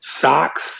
socks